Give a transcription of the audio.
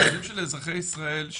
ילדים שהם אזרחי ישראל,